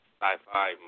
sci-fi